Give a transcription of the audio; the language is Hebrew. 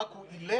כשהנדבק הוא אילם?